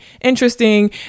interesting